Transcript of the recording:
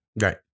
Right